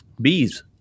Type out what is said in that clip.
bees